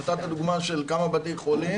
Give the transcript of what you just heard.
נתת דוגמה של כמה בתי חולים.